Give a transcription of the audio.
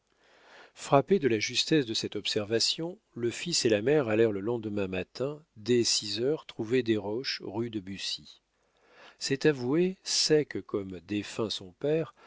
frappés de la justesse de cette observation le fils et la mère allèrent le lendemain matin dès six heures trouver desroches rue de bussy cet avoué sec comme défunt son père